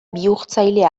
bihurtzaile